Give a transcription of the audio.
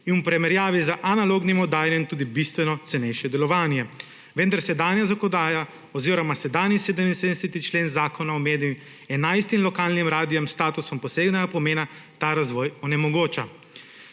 in v primerjavi z analognim oddajanjem tudi bistveno cenejše delovanje, vendar se danes zakonodaja oziroma se danes 77. člen Zakona o medijih 11 lokalnim radiem s statusom posebnega pomena ta razvoj onemogoča.